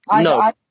No